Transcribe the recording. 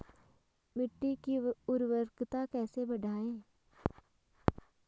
मिट्टी की उर्वरकता कैसे बढ़ायें?